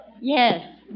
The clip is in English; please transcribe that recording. Yes